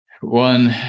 One